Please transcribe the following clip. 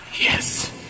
Yes